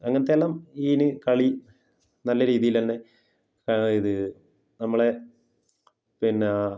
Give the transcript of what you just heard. അങ്ങനത്തെ എല്ലാം ഇതിന് കളി നല്ല രീതിയിൽ തന്നെ അതായത് നമ്മളെ പിന്നെ